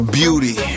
beauty